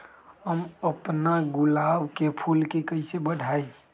हम अपना गुलाब के फूल के कईसे बढ़ाई?